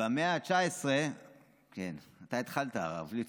במאה ה-19, כן, אתה התחלת, הרב ליצמן.